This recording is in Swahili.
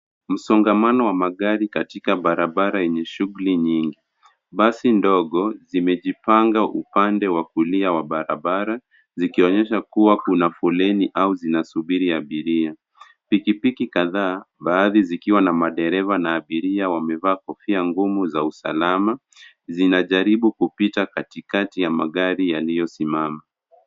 Msongamano wa magari katika barabara yenye shughuli nyingi, basi ndogo zimejipanga uande wa kulia wa barabara zikinyesha kua kuna foleni au zinasubiri abiria. Pikipiki kadhaa baadhi zikiwa na madereva na abiria wamevaa kofia ngumu za usalama zinajaribu kupita katikati ya magari yaliyosimama.